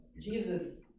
Jesus